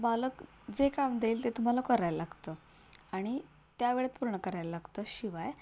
मालक जे काम देईल ते तुम्हाला करायला लागतं आणि त्यावेळेत पूर्ण करायला लागतं शिवाय